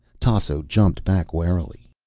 tasso jumped back warily.